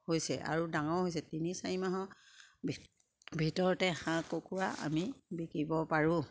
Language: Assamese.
হৈছে আৰু ডাঙৰ হৈছে তিনি চাৰি মাহৰ ভিতৰতে হাঁহ কুকুৰা আমি বিকিব পাৰোঁ